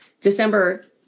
December